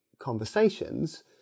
conversations